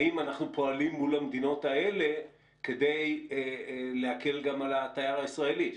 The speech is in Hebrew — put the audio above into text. האם אנחנו פועלים מול המדינות האלה כדי להקל גם על התייר הישראלי?